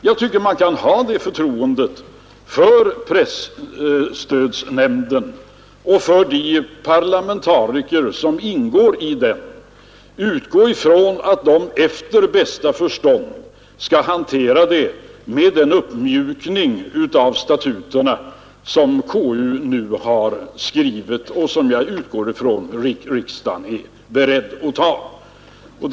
Jag tycker man kan ha det förtroendet för presstödsnämnden och för de parlamentariker som tillhör den, och utgå från att de efter bästa förstånd skall hantera frågorna med hjälp av den uppmjukning av statuterna som konstitutionsutskottet nu har föreslagit och som jag utgår från att riksdagen är beredd att anta.